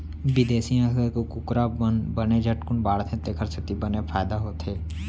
बिदेसी नसल के कुकरा मन बने झटकुन बाढ़थें तेकर सेती बने फायदा होथे